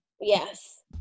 yes